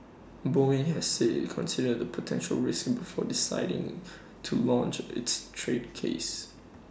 boeing has said IT considered potential risks before deciding to launch its trade case